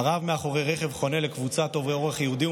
ארב מאחורי רכב חונה לקבוצת עוברי אורח יהודים,